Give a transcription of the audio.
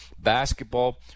basketball